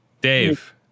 Dave